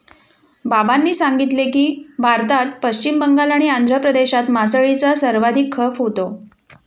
बाबांनी सांगितले की, भारतात पश्चिम बंगाल आणि आंध्र प्रदेशात मासळीचा सर्वाधिक खप होतो